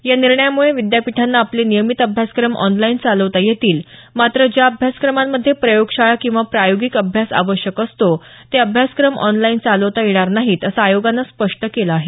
या निर्णयामुळे विद्यापीठांना आपले नियमित अभ्यासक्रम ऑनलाईन चालवता येतील मात्र ज्या अभ्यासक्रमांमध्ये प्रयोगशाळा किंवा प्रायोगिक अभ्यास आवश्यक असतो ते अभ्यासक्रम ऑनलाईन चालवता येणार नाही असं आयोगानं स्पष्ट केलं आहे